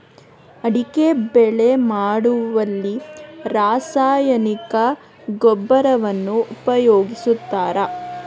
ಅಡಿಕೆ ಬೆಳೆ ಮಾಡುವಲ್ಲಿ ರಾಸಾಯನಿಕ ಗೊಬ್ಬರವನ್ನು ಉಪಯೋಗಿಸ್ತಾರ?